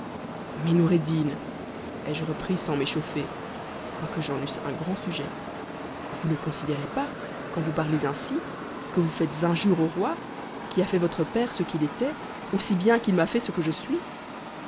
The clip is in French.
ko reddin ai-je repris sans m'échauffer quoique j'en eusse un grand sujet vous ne considérez pas quand vous parlez ainsi que vous faites injure au roi qui a fait votre père ce qu'il était aussi bien qu'il m'a fait ce que je suis